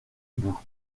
bout